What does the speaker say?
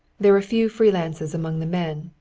there were few free lances among the men,